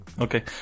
okay